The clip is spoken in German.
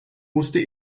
musste